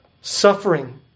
suffering